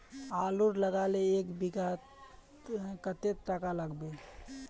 आलूर लगाले एक बिघात कतेक टका लागबे?